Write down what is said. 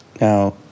Now